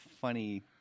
funny